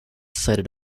cited